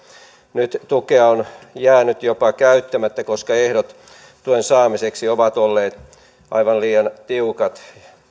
nyt tukea on jäänyt jopa käyttämättä koska ehdot tuen saamiseksi ovat olleet aivan liian tiukat